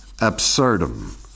absurdum